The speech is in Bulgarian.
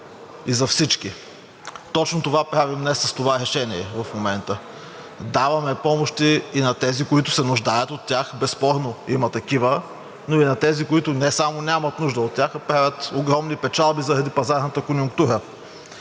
и за всички. Точно това правим днес с това решение в момента – даваме помощи и на тези, които се нуждаят от тях, безспорно има такива, но и на тези, които не само нямат нужда от тях, а правят огромни печалби заради пазарната конюнктура.